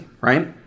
right